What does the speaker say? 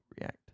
React